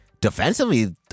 defensively